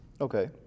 Okay